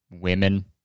women